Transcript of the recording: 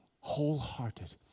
wholehearted